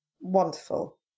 Wonderful